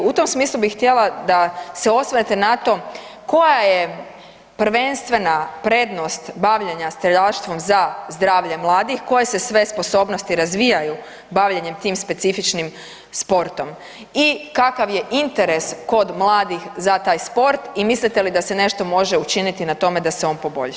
U tom smislu bi htjela da se osvrnete na to koja je prvenstvena prednost bavljenja streljaštvom za zdravlje mladih, koje se sve sposobnosti razvijaju bavljenja tim specifičnim sportom i kakav je interes kod mladih za taj sport i mislite li da se nešto može učiniti na tome da se on poboljša?